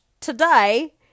today